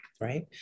right